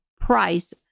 price